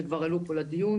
שכבר עלו פה לדיון.